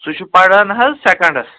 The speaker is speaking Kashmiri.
سُہ چھُ پران حظ سٮ۪کنٛڈَس